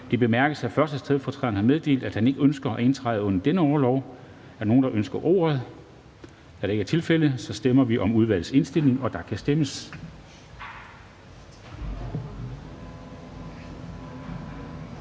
Det bemærkes, at 1. stedfortræder har meddelt, at han ikke ønsker at indtræde under denne orlov. Er der nogen, der ønsker ordet? Da det ikke er tilfældet, går vi til afstemning. Kl. 14:58 Afstemning